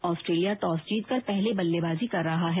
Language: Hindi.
ऑस्ट्रेलिया टॉस जीतकर पहले बल्लेबाजी करे रहा है